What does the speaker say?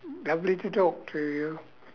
lovely to talk to you